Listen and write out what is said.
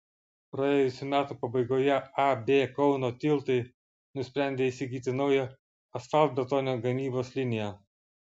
praėjusių metų pabaigoje ab kauno tiltai nusprendė įsigyti naują asfaltbetonio gamybos liniją